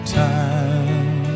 time